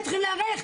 הם צריכים להיערך,